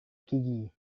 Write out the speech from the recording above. gigi